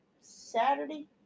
Saturday